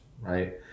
right